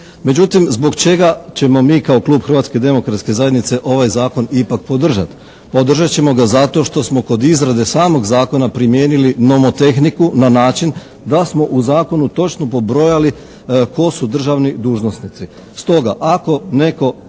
Međutim, zbog čega ćemo mi kao Klub Hrvatske demokratske zajednice ovaj zakon ipak podržati? Podržati ćemo ga zato što smo kod izrade samog zakona primijenili nomotehniku na način da smo u zakonu točno pobrojali tko su državni dužnosnici. Stoga, ako netko